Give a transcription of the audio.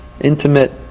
intimate